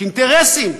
יש אינטרסים,